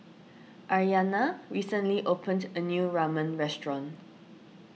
Aryanna recently opened a new Ramen restaurant